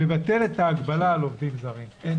--- לבטל את ההגבלה על עובדים זרים.